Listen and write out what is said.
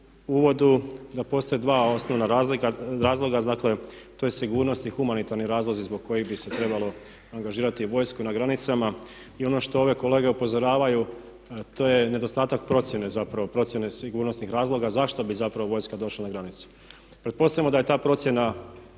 uvodu da postoje dva osnovna razloga, dakle to su sigurnosni humanitarni razlozi zbog kojih bi se trebalo angažirati vojsku na granicama. Ono što ove kolege upozoravaju to je nedostatak procjene zapravo procjene sigurnosnih razloga zašto bi zapravo vojska došla na granice. Pretpostavimo da je ta procjena